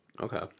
Okay